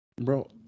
Bro